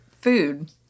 food